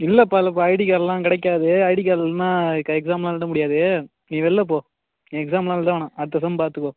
இல்லைப்பா இல்லைப்பா ஐடி கார்ட்லாம் கிடைக்காது ஐடி கார்ட் இல்லைனா க எக்ஸாம்லாம் எழுத முடியாது நீ வெளில போ நீ எக்ஸாம்லாம் எழுத வேணாம் அடுத்த செம் பார்த்துக்கோ